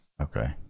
Okay